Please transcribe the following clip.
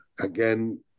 again